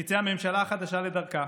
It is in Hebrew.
שתצא הממשלה החדשה לדרכה,